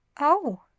Oh